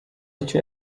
icyo